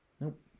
Nope